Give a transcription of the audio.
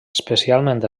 especialment